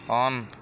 on